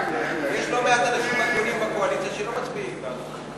יש לא מעט אנשים הגונים בקואליציה שלא מצביעים בעד החוק.